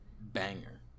banger